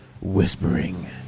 whispering